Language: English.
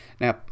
Now